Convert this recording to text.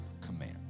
command